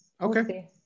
Okay